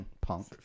Punk